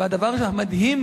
והדבר המדהים